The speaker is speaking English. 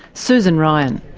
susan ryan.